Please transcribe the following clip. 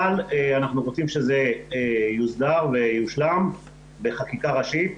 אבל אנחנו רוצים שזה יוסדר ויושלם בחקיקה ראשית.